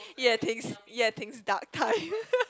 Yue-Ting's Yue-Ting's dark times